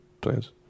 plans